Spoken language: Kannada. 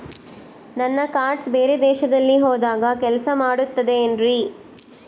ನನ್ನ ಕಾರ್ಡ್ಸ್ ಬೇರೆ ದೇಶದಲ್ಲಿ ಹೋದಾಗ ಕೆಲಸ ಮಾಡುತ್ತದೆ ಏನ್ರಿ?